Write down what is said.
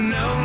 no